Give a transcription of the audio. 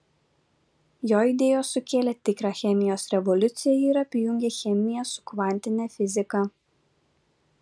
jo idėjos sukėlė tikrą chemijos revoliuciją ir apjungė chemiją su kvantine fiziką